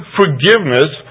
forgiveness